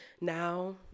now